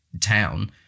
town